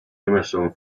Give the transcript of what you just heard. emerson